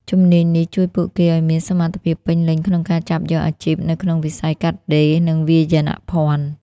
ជំនាញនេះជួយពួកគេឱ្យមានសមត្ថភាពពេញលេញក្នុងការចាប់យកអាជីពនៅក្នុងវិស័យកាត់ដេរ និងវាយនភណ្ឌ។